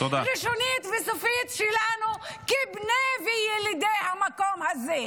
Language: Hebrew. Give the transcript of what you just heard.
ראשונית וסופית שלנו כבני וילידי המקום הזה.